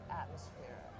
atmosphere